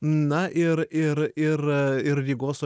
na ir ir ir ir rygos